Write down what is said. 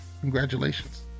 Congratulations